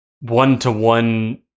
one-to-one